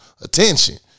attention